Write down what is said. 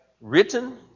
written